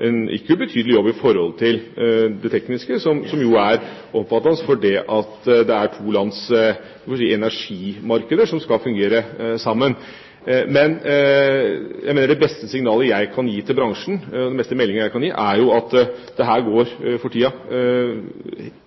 en ikke ubetydelig jobb i forhold til det tekniske, som jo er omfattende, fordi det er to lands energimarkeder som skal fungere sammen. Men jeg mener det beste signalet jeg kan gi til bransjen, den beste meldingen jeg kan gi, er at dette går for tida